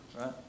right